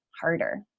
harder